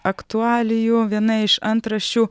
aktualijų viena iš antraščių